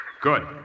Good